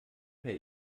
per